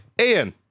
ian